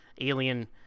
alien